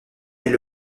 est